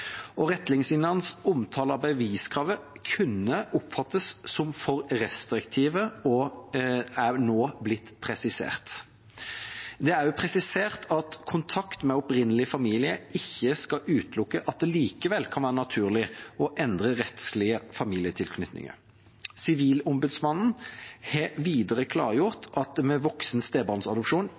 og retningslinjenes omtale av beviskravet kunne oppfattes som for restriktive og er nå blitt presisert. Det er også presisert at kontakt med opprinnelig familie ikke skal utelukke at det likevel kan være naturlig å endre rettslige familietilknytninger. Sivilombudsmannen har videre klargjort at det med voksen stebarnsadopsjon